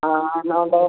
ആ എന്താ വേണ്ടേത്